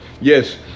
Yes